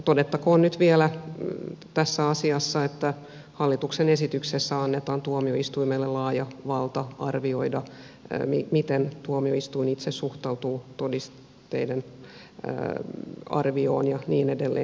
todettakoon nyt vielä tässä asiassa että hallituksen esityksessä annetaan tuomioistuimelle laaja valta arvioida miten tuomio istuin itse suhtautuu todisteiden arvioon ja niin edelleen